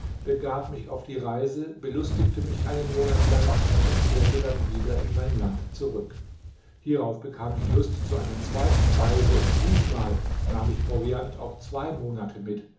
begab mich auf die reise belustigte mich einen monat lang und kehrte dann wieder in mein land zurück hierauf bekam ich lust zu einer zweiten reise und diesmal nahm ich proviant auf zwei monate mit